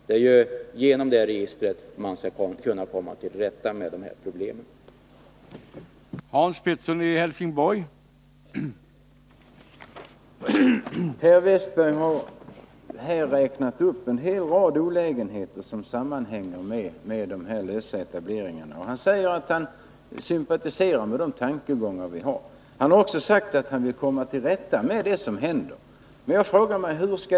Det är genom det registret man skall kunna komma till rätta med de problem det är fråga om.